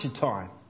time